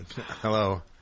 Hello